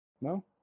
No